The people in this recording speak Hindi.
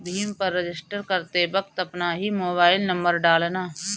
भीम पर रजिस्टर करते वक्त अपना ही मोबाईल नंबर डालना